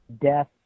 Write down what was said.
death